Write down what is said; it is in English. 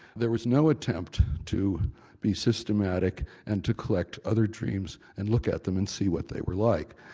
there was no attempt to be systematic and to collect other dreams and look at them and see what they were like.